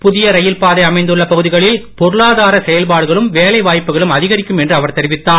புதிய ரயில் பாதை அமைந்துள்ள பகுதிகளில் பொருளாதார செயல்பாடுகளும் வேலை வாய்ப்புகளும் அதிகரிக்கும் என்று அவர் தெரிவித்தார்